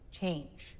change